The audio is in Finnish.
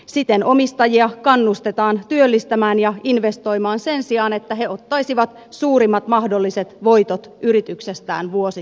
siten omistajia kannustetaan työllistämään ja investoimaan sen sijaan että he ottaisivat suurimmat mahdolliset voitot yrityksestään vuosittain